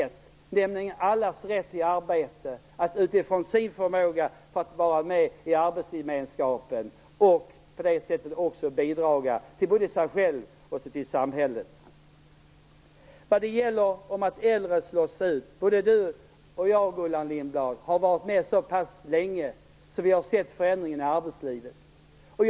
Det gäller alltså allas rätt till arbete och till att utifrån den egna förmågan vara med i arbetsgemenskapen för att på det sättet ge sitt bidrag till förmån både för sig själva och för samhället. Sedan till detta med att äldre slås ut. Både Gullan Lindblad och jag har varit med så pass länge att vi har sett förändringarna i arbetslivet.